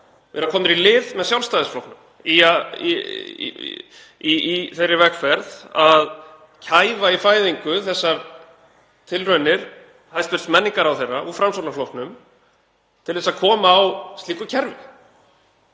vera komnir í lið með Sjálfstæðisflokknum í þeirri vegferð að kæfa í fæðingu þessar tilraunir hæstv. menningarráðherra, úr Framsóknarflokknum, til að koma á slíku kerfi.